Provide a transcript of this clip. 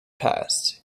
passed